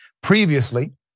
Previously